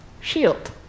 shield